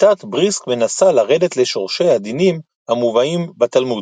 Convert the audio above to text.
שיטת בריסק מנסה לרדת לשורשי הדינים המובאים בתלמוד.